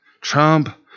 Trump